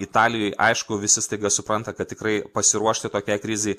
italijoj aišku visi staiga supranta kad tikrai pasiruošti tokiai krizei